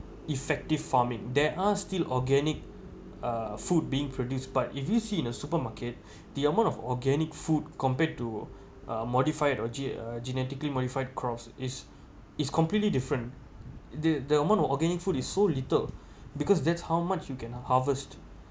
effective farming there are still organic uh food being produced but if you see in the supermarket the amount of organic food compared to uh modify or ge~ genetically modified crops is is completely different the the amount of organic food is so little because that's how much you can harvest